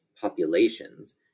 populations